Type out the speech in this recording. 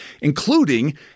including